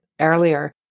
earlier